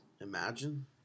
Imagine